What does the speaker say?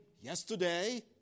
yesterday